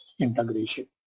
integration